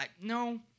No